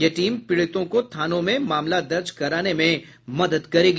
यह टीम पीड़ितों को थानों में मामला दर्ज कराने में मदद करेगी